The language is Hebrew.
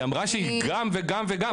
היא אמרה שהיא גם וגם וגם,